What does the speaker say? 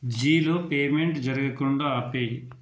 జీలో payment జరగకుండా ఆపేయి